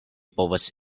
povas